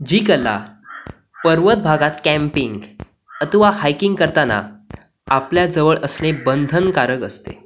जी कला पर्वत भागात कॅम्पिंग अथवा हायकिंग करताना आपल्या जवळ असणे बंधनकारक असते